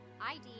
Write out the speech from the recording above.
ID